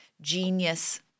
genius